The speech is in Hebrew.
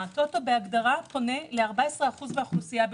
הטוטו בהגדרה פונה ל-14% מן האוכלוסייה בלבד,